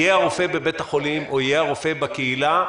יהיה הרופא בבית החולים או יהיה הרופא בקהילה,